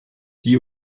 die